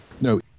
No